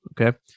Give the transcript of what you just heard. Okay